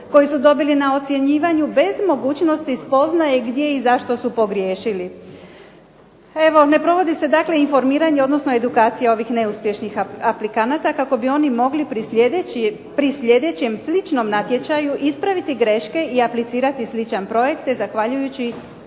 koji su dobili na ocjenjivanju, bez mogućnosti spoznaje gdje i zašto su pogriješili. Evo ne provodi se dakle informiranje, odnosno edukacija ovih neuspješnih aplikanata, kako bi oni mogli pri sljedećem sličnom natječaju ispraviti greške i aplicirati slične projekte zahvaljujući